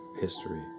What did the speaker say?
history